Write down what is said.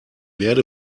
werde